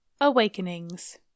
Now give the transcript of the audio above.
Awakenings